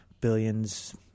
billions